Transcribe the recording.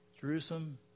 Jerusalem